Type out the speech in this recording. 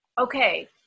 okay